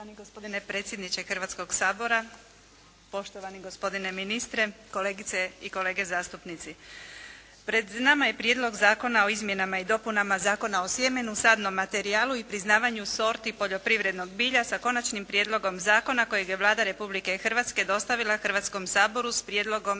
Poštovani gospodine predsjedniče Hrvatskoga sabora, poštovani gospodine ministre, kolegice i kolege zastupnici. Pred nama je Prijedlog zakona o Izmjenama i dopunama Zakona o sjemenu, sadnom materijalu i priznavanju sorti poljoprivrednog bilja sa Konačnim prijedlogom zakona kojeg je Vlada Republike Hrvatske dostavila Hrvatskom saboru s Prijedlogom